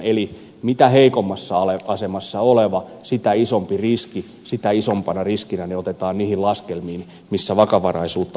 eli mitä heikommassa asemassa oleva sitä isompana riskinä ne otetaan niihin laskelmiin missä vakavaraisuutta arvioidaan